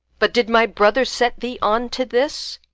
but did my brother set thee on to this?